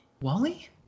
Wally